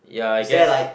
ya I guess